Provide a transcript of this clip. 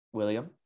william